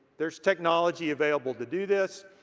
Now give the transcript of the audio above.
there's technology available to do this.